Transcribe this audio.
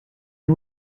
une